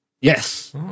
Yes